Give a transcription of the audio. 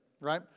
right